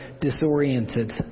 disoriented